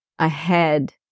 ahead